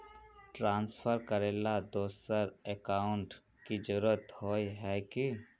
Transfer करेला दोसर account की जरुरत होय है की?